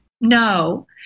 No